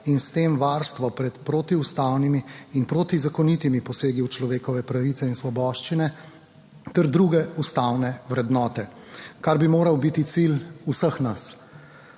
in s tem varstvo pred protiustavnimi in protizakonitimi posegi v človekove pravice in svoboščine ter druge ustavne vrednote, kar bi moral biti cilj vseh nas.